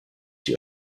die